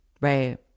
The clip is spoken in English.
Right